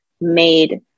made